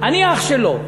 אני אח שלו.